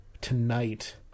tonight